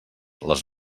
les